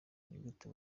nigute